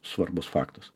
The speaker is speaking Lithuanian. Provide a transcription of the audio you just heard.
svarbus faktas